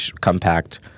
compact